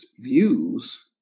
views